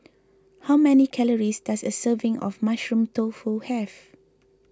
how many calories does a serving of Mushroom Tofu have